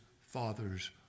father's